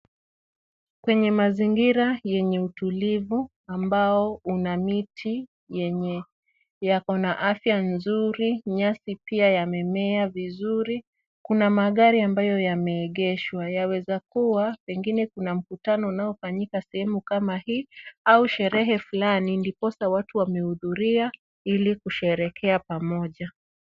Kwenye mazingira yenye utulivu ambao una miti yenye yako na afya nzuri, nyasi pia yamemea vizuri kuna magari ambayo yameegeshwa. Yaweza kuwa pengine kuna mkutano unaofanyika sehemu kama hii au sherehe fulani ndiposa watu wamehudhuria ili kusherehekea pamoja.